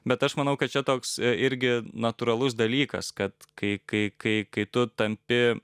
bet aš manau kad čia toks irgi natūralus dalykas kad kai kai kai kai tu tampi